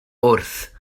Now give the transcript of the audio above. wrth